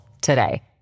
today